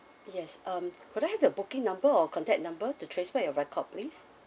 yes um could I have your booking number or contact number to trace back your record please